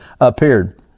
appeared